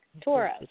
Taurus